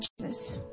Jesus